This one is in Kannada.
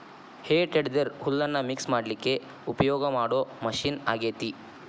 ಹೇ ಟೆಡ್ದೆರ್ ಹುಲ್ಲನ್ನ ಮಿಕ್ಸ್ ಮಾಡ್ಲಿಕ್ಕೆ ಉಪಯೋಗ ಮಾಡೋ ಮಷೇನ್ ಆಗೇತಿ